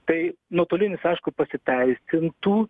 tai nuotolinis aišku pasiteisintų